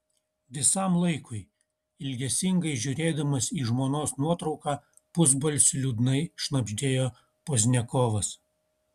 visam laikui ilgesingai žiūrėdamas į žmonos nuotrauką pusbalsiu liūdnai šnabždėjo pozdniakovas